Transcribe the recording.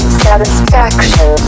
satisfaction